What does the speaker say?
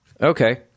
Okay